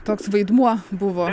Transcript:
toks vaidmuo buvo